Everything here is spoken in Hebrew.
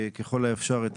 ככל האפשר את